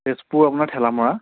তেজপুৰ আপোনাৰ ঠেলামৰা